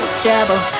trouble